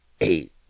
eight